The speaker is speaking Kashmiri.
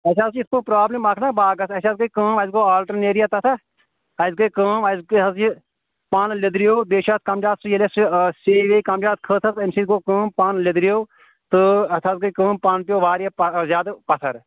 اَسہِ حظ چھِ اِتھ پٲٹھۍ پرابلٕم اکھ نا باغس اَسہِ حظ گٔے کٲم اَسہِ گوٚو آلٹر نیریا تَتھ نا اَسہِ گی کٲم اَسہِ گٔے یہِ حظ یہِ پَن لیدرِیو بیٚیہِ چھِ اتھ کَم زیادٕ سُہ ییلہِ اَسہِ سُہ وے کَم زیادٕ کھٔژ اتھ اَمہِ سۭتۍ گوٚو کٲم پَن لیدرِیو تہٕ اتھ حظ گٔے کٲم پَن پیٚو واریاہ پتھر زیادٕ پَتھر